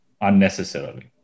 unnecessarily